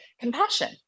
compassion